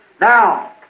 Now